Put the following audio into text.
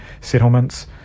settlements